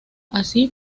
así